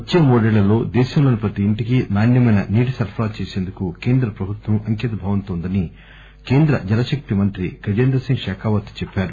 వచ్చే మూడేళ్ళలో దేశంలోని ప్రతి ఇంటికి నాణ్యమైన నీటి సరఫరా చేసేందుకు కేంద్ర ప్రభుత్వం అంకితభావంతో ఉందని కేంద్ర జలశక్తి మంత్రి ప గజేంద్ర సింగ్ షెకావత్ చెప్పారు